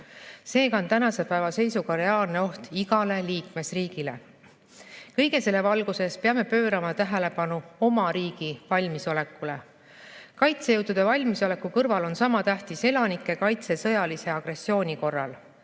Seega on tänase päeva seisuga reaalne oht igale liikmesriigile. Kõige selle valguses peame pöörama tähelepanu oma riigi valmisolekule. Kaitsejõudude valmisoleku kõrval on sama tähtis elanike kaitse sõjalise agressiooni korral.